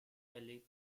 elite